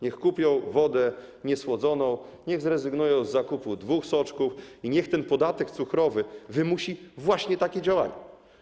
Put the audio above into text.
Niech kupią wodę niesłodzoną, niech zrezygnują z zakupu dwóch soczków i niech ten podatek cukrowy wymusi właśnie takie działania.